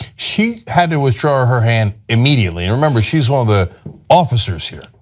she had to withdraw her hand immediately and remember she is one of the officers here.